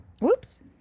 whoops